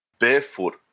barefoot